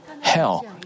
hell